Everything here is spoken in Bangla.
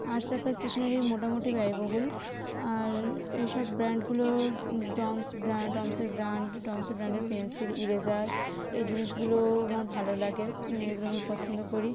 আর্টস সাপ্লাই স্টেশনারি মোটামুটি ব্যয়বহুল আর এই সব ব্র্যান্ডগুলো ডমস ডমসের ব্র্যান্ড ডমসের ব্র্যান্ডের পেনসিল ইরেজার এই জিনিসগুলো আমার ভালো লাগে এইগুলো আমি পছন্দ করি